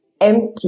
empty